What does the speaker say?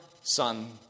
Son